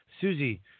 Susie